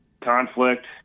conflict